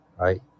right